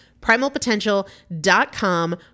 Primalpotential.com